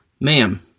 Ma'am